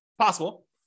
possible